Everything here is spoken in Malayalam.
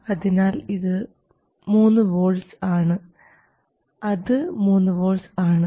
അതിനാൽ ഇത് 3 വോൾട്ട്സ് ആണ് അത് 3 വോൾട്ട്സ് ആണ്